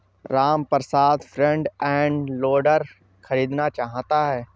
Ramprasad front end loader खरीदना चाहता है